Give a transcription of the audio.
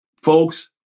Folks